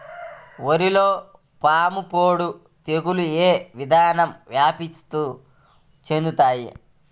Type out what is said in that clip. వరిలో పాముపొడ తెగులు ఏ విధంగా వ్యాప్తి చెందుతాయి?